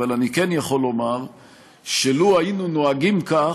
אבל אני כן יכול לומר שלו היינו נוהגים כך,